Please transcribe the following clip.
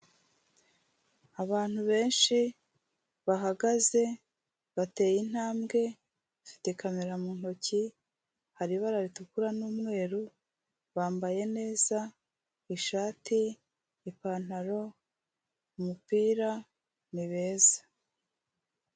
Abantu benshi bahagaze, bateye intambwe, bafite kamera mu ntoki, hari ibara ritukura n'umweru, bambaye neza, ishati, ipantaro, umupira ni beza.